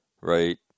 right